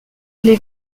les